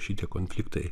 šitie konfliktai